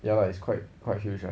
ya lah it's quite quite huge lah